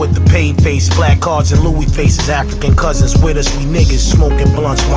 with the paid face, black cards and louis faces, african cousins with us we niggas smokin' blunts, wine,